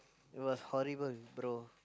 it was horrible bro